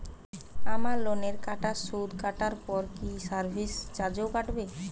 আমার লোনের টাকার সুদ কাটারপর কি সার্ভিস চার্জও কাটবে?